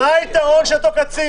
מה היתרון של אותו קצין?